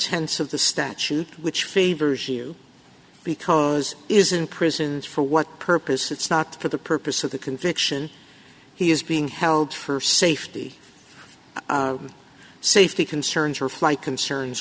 tense of the statute which favors you because it is in prisons for what purpose it's not for the purpose of the conviction he is being held for safety safety concerns for flight concerns